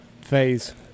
phase